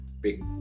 big